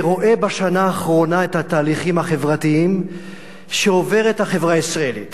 ורואה בשנה האחרונה את התהליכים החברתיים שעוברת החברה הישראלית,